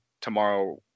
tomorrow